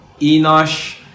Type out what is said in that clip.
Enosh